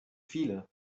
viele